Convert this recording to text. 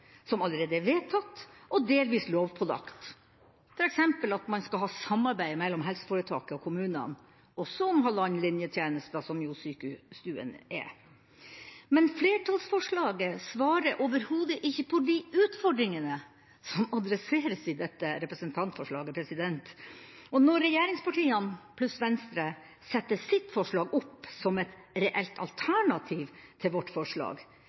som allerede er vedtatt og delvis lovpålagt, f.eks. at man skal ha samarbeid mellom helseforetaket og kommunene – også om halvannenlinjetjenester, som jo sykestuene er. Men flertallsforslaget svarer overhodet ikke på de utfordringene som adresseres i dette representantforslaget. Og når regjeringspartiene pluss Venstre setter sitt forslag opp som et reelt alternativ til vårt forslag,